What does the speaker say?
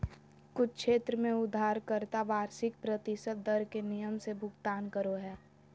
कुछ क्षेत्र में उधारकर्ता वार्षिक प्रतिशत दर के नियम से भुगतान करो हय